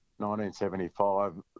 1975